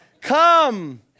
come